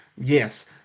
yes